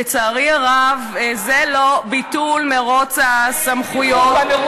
לצערי הרב, זה לא ביטול מירוץ הסמכויות, למה?